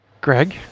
Greg